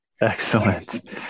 Excellent